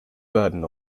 burden